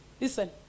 Listen